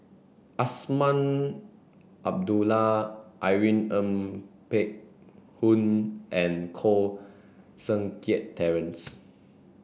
Azman Abdullah Irene Ng Phek Hoong and Koh Seng Kiat Terence